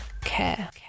care